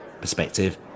perspective